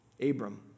Abram